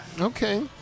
Okay